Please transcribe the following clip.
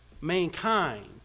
mankind